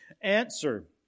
answer